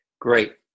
Great